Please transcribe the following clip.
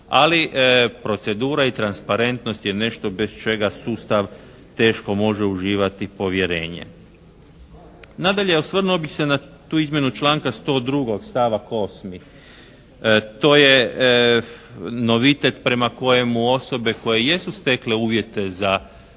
ali procedura i transparentnost je nešto bez čega sustav teško može uživati povjerenje. Nadalje osvrnuo bih se na tu izmjenu članka 102., stavak 8. To je novitet prema kojemu osobe koje jesu stekle uvjete za